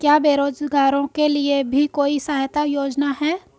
क्या बेरोजगारों के लिए भी कोई सहायता योजना है?